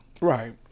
Right